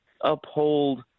uphold –